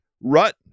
rut